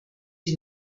die